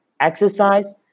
exercise